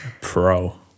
Pro